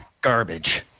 garbage